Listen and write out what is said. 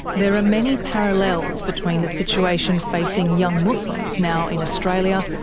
there are many parallels between the situation facing young muslims now in australia,